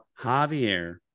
Javier